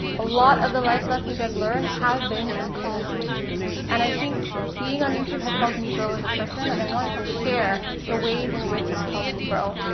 a lot of the life lessons i've learned have been from being on youtube and i think being on youtube has helped me grow as a person, and i wanted to share the ways in which that's helped me grow,